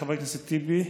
חבר הכנסת טיבי?